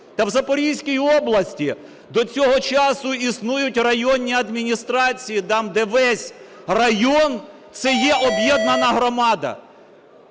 Та в Запорізькій області до цього часу існують районні адміністрації, там, де весь район – це є об'єднана громада.